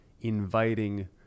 inviting